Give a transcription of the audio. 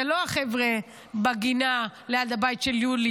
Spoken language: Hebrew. זה לא החבר'ה בגינה ליד הבית של יולי,